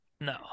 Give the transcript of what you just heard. No